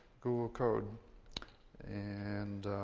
google code and,